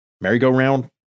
merry-go-round